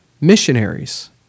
missionaries